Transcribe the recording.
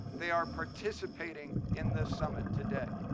they are participating in this summit today.